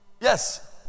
Yes